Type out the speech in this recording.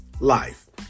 life